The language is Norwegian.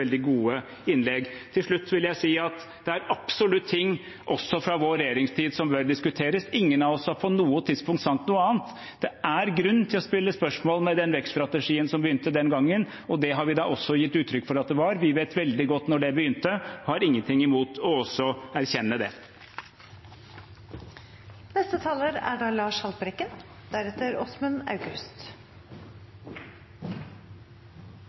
veldig gode innlegg. Til slutt vil jeg si at det absolutt er ting også fra vår regjeringstid som bør diskuteres. Ingen av oss har på noe tidspunkt sagt noe annet. Det er grunn til å stille spørsmål ved den vekststrategien som begynte den gangen, og det har vi da også gitt uttrykk for. Vi vet veldig godt når det begynte, og har ingenting imot å erkjenne